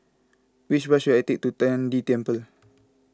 which bus should I take to Tian De Temple